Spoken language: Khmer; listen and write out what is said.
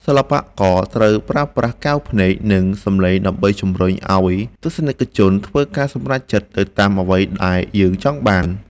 សិល្បករត្រូវប្រើប្រាស់កែវភ្នែក និង សម្លេងដើម្បីជម្រុញឱ្យទស្សនិកជនធ្វើការសម្រេចចិត្តទៅតាមអ្វីដែលយើងចង់បាន។